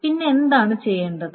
പിന്നെ എന്താണ് ചെയ്യേണ്ടത്